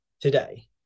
today